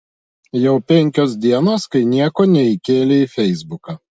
jau penkios dienos kai nieko neįkėlei į feisbuką